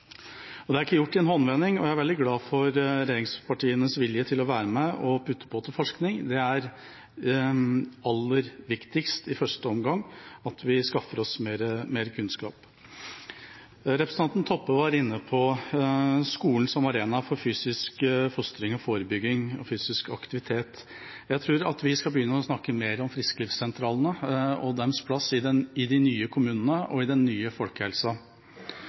Det er ikke gjort i en håndvending, og jeg er veldig glad for regjeringspartienes vilje til å være med og putte på til forskning. Det er aller viktigst i første omgang at vi skaffer oss mer kunnskap. Representanten Toppe var inne på skolen som arena for fysisk fostring, forebygging og fysisk aktivitet. Jeg tror at vi skal begynne å snakke mer om frisklivssentralene og deres plass i de nye kommunene og i den nye folkehelsa.